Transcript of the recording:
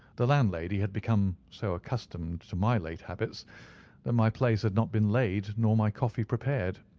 the landlady had become so accustomed to my late habits that my place had not been laid nor my coffee prepared.